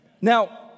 Now